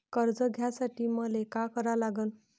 कर्ज घ्यासाठी मले का करा लागन?